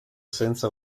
senza